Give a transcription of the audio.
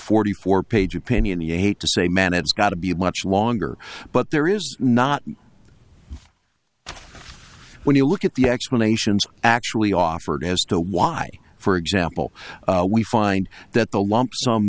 forty four page opinion you hate to say man it's got to be much longer but there is not when you look at the explanations actually offered as to why for example we find that the lump sum